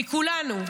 מכולנו,